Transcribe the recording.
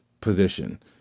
position